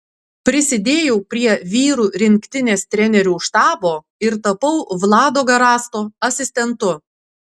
prisidėjau prie vyrų rinktinės trenerių štabo ir tapau vlado garasto asistentu